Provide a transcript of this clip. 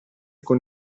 con